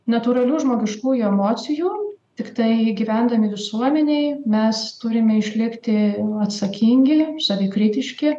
natūralių žmogiškųjų emocijų tiktai gyvendami visuomenėj mes turime išlikti atsakingi savikritiški